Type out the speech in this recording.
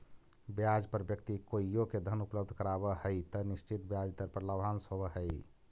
ब्याज पर व्यक्ति कोइओ के धन उपलब्ध करावऽ हई त निश्चित ब्याज दर पर लाभांश होवऽ हई